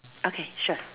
okay sure